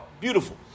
Beautiful